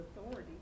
authority